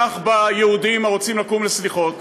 כך יהודים הרוצים לקום לסליחות,